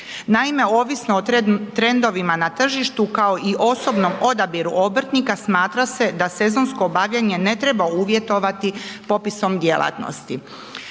Naime, ovisno o trendovima na tržištu kao i osobnom odabiru obrtnika smatra se da sezonsko obavljanje ne treba uvjetovati popisom djelatnosti.